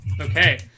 Okay